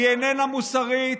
היא איננה מוסרית,